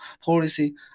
policy